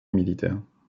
militaire